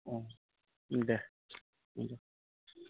अ दे दे